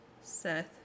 Seth